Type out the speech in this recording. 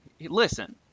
Listen